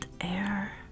air